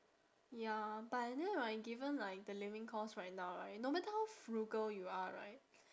ya but then like given like the living cost right now right no matter how frugal you are right